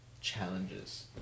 challenges